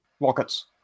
Rockets